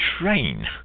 train